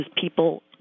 people